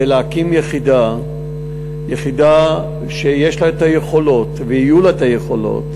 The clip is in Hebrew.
ולהקים יחידה שיש לה היכולות ויהיו לה היכולות